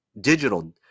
digital